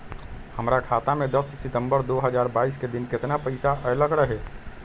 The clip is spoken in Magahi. हमरा खाता में दस सितंबर दो हजार बाईस के दिन केतना पैसा अयलक रहे?